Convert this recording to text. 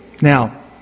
Now